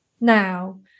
now